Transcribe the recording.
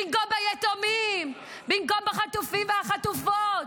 במקום ביתומים, במקום בחטופים ובחטופות,